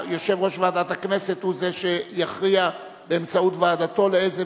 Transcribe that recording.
יושב-ראש ועדת הכנסת הוא זה שיכריע באמצעות ועדתו לאיזו